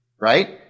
right